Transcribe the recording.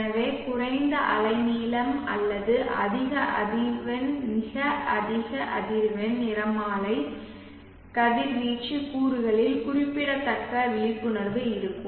எனவே குறைந்த அலைநீளம் அல்லது அதிக அதிர்வெண் மிக அதிக அதிர்வெண் நிறமாலை கதிர்வீச்சு கூறுகளில் குறிப்பிடத்தக்க விழிப்புணர்வு இருக்கும்